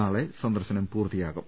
നാളെ സന്ദർശനം പൂർത്തിയാക്കും